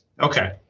okay